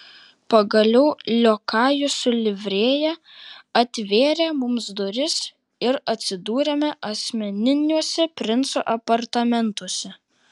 pagaliau liokajus su livrėja atvėrė mums duris ir atsidūrėme asmeniniuose princo apartamentuose